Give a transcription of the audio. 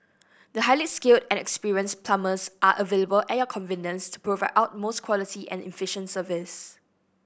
the highly skilled and experienced plumbers are available at your convenience provide utmost quality and efficient service